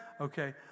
Okay